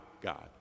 God